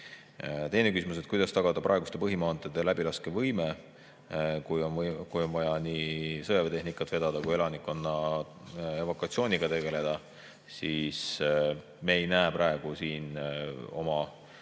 Teine küsimus: kuidas tagada praeguste põhimaanteede läbilaskevõime, kui on vaja nii sõjaväetehnikat vedada kui ka elanikkonna evakuatsiooniga tegeleda? Me ei näe praegu siin oma